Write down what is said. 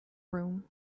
room